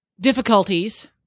difficulties